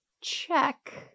check